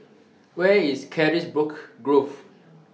Where IS Carisbrooke Grove